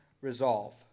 resolve